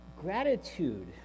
gratitude